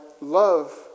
love